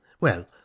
Well